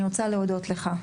אני רוצה להודות לך.